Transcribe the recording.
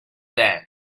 then